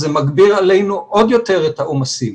זה מגביר עלינו עוד יותר את העומסים.